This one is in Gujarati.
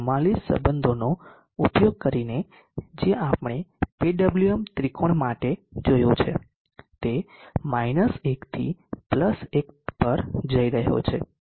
44 સંબંધોનો ઉપયોગ કરીને જે આપણે PWM ત્રિકોણ માટે જોયો છે તે 1 થી 1 પર જઈ રહ્યો છે